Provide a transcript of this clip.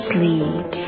Sleep